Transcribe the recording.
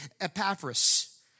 Epaphras